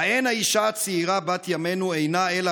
האין האישה הצעירה בת ימינו אינה אלא